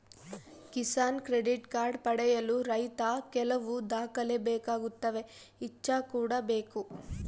Kisan credit card ಪಡೆಯಲು ರೈತ ಕೆಲವು ದಾಖಲೆ ಬೇಕಾಗುತ್ತವೆ ಇಚ್ಚಾ ಕೂಡ ಬೇಕು